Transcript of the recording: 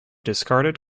discarded